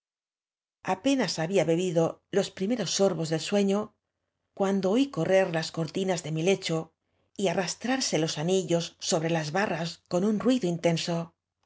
apenas había bebido los primeros sorbos del sueño cuando oí correr las cortioas de mí lecho y arrastrarse ios anillos sobre las barras con un tm o intenso